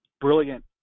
brilliant